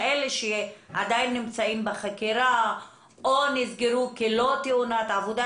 כאלה שעדיין נמצאים בחקירה או שנסגרו לא כתאונת עבודה,